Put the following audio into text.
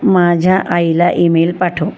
माझ्या आईला ईमेल पाठव